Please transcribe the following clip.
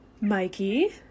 Mikey